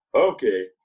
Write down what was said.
Okay